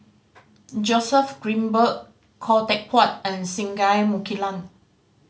Joseph Grimberg Khoo Teck Puat and Singai Mukilan